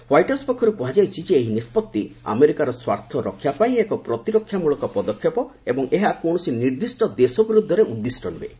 white House ପକ୍ଷରୁ କୁହାଯାଇଛି ଏହି ନିଷ୍କଭି ଆମେରିକାର ସ୍ୱାର୍ଥ ରକ୍ଷା ପାଇଁ ଏକ ପ୍ରତିରକ୍ଷା ମୂଳକ ପଦକ୍ଷେପ ଏବଂ ଏହା କୌଣସି ନିର୍ଦ୍ଦିଷ୍ଟ ଦେଶ ବିରୂଦ୍ଧରେ ଉଦ୍ଦିଷ୍ଟ ନୁହଁ